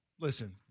Listen